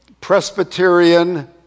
Presbyterian